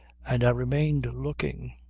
and i remained looking.